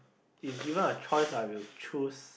if given a choice I will choose